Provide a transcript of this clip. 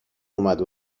اومد